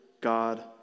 God